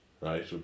right